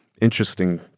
interesting